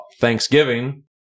thanksgiving